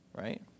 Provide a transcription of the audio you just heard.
Right